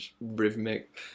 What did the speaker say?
rhythmic